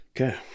okay